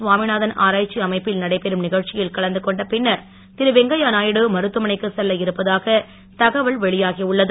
சுவாமிநாதன் ஆராய்ச்சி அமைப்பில் நடைபெறும் நீகழ்ச்சியில் கலந்து கொண்ட பின்னர் திருவெங்கய்ய நாயுடு மருத்துவமனைக்கு செல்ல இருப்பதாக தகவல் வெளியாகியுள்ளது